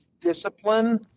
discipline